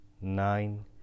nine